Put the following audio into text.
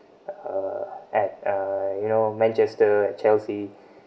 uh at uh you know manchester chelsea